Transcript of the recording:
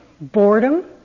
boredom